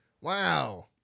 Wow